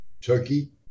Turkey